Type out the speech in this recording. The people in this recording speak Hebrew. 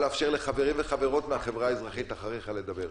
לאפשר לחברים וחברות מהחברה האזרחית לדבר אחריך.